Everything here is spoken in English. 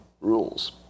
rules